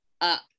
up